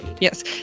Yes